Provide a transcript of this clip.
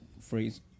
phrase